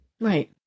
Right